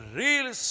real